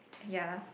ya